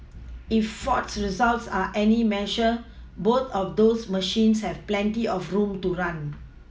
if ford's results are any measure both of those machines have plenty of room to run